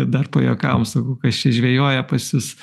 dar pajuokavom sakau kas čia žvejoja pas jus